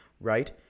Right